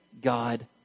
God